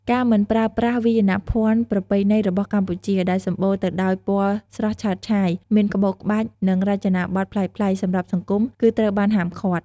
ការមិនប្រើប្រាស់វាយនភ័ណ្ឌប្រពៃណីរបស់កម្ពុជាដែលសម្បូរទៅដោយពណ៌ស្រស់ឆើតឆាយ មានក្បូរក្បាច់ និងរចនាបទប្លែកៗសម្រាប់សង្គម គឺត្រូវបានហាម់ឃាត់។